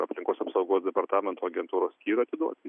aplinkos apsaugos departamento agentūros skyrių atiduoti